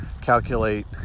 Calculate